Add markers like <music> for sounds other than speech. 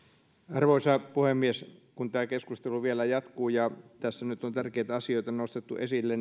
arvoisa puhemies kun tämä keskustelu vielä jatkuu ja on tärkeitä asioita nostettu esille <unintelligible>